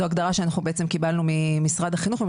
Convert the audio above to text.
זאת הגדרה שאנחנו בעצם קיבלנו ממשרד החינוך והיא